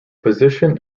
position